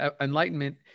enlightenment